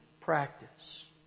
practice